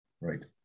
Right